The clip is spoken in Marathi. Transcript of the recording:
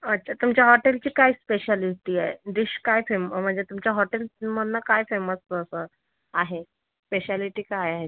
अच्छा तुमच्या हॉटेलची काय स्पेशालिटी आहे डिश काय फेम म्हणजे तुमच्या हॉटेलमधून काय फेमस प प आहे स्पेशलीटी काय आहे